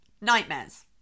nightmares